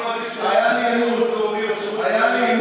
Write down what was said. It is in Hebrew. אני מעדיף שתלך לעשות שירות לאומי או שירות צבאי.